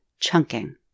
Chunking